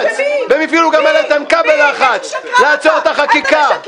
והם הפעילו גם על איתן כבל לחץ לעצור את החקיקה.